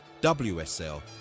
WSL